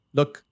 look